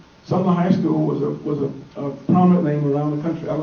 sumner high school was ah was a prominent name around the country.